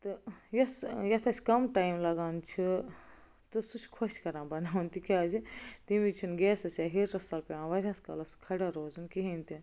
تہٕ یۄس یتھ أسۍ کم ٹایم لگان چھُ تہٕ سُہ چھُ خۄش کران بناوُن تکیازِ تمہ وِزِ چھُنہٕ گیسَس یا ہیٹرس تل پیٚوان واریاہس کالس کھڑا روزُن کہیٖنۍ تہِ